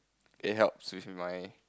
it helps with my